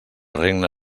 regna